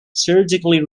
surgically